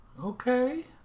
Okay